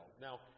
Now